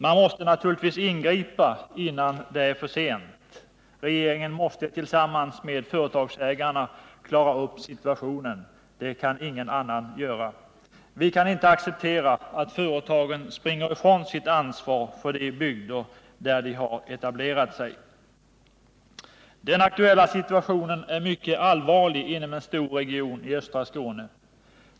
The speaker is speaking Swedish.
Man måste naturligtvis ingripa innan det är för sent. Regeringen måste tillsammans med företagsägarna klara upp situationen — det kan ingen annan göra. Vi kan inte acceptera att företagen springer ifrån sitt ansvar för de bygder där de har etablerat sig. Den aktuella situationen är mycket allvarlig inom en stor region i östra Skåne.